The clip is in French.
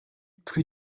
plus